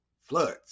floods